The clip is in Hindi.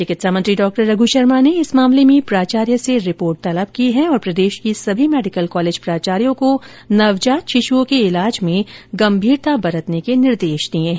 चिकित्सा मंत्री डॉ रघु शर्मा ने इस मामले में प्राचार्य से रिपोर्ट तलब की और प्रदेश के सभी मेडिकल कॉलेज प्राचार्यो को नवजात शिशुओं के इलाज में गम्भीरता बरतने के निर्देश दिए हैं